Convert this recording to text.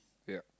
ya